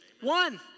One